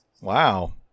Wow